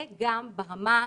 וגם ברמה הנפשית,